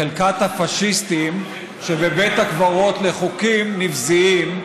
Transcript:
בחלקת הפאשיסטים שבבית הקברות לחוקים נבזיים,